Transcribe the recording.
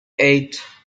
eight